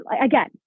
again